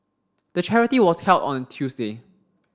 the charity was held on a Tuesday